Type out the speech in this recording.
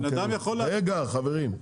רגע, חברים.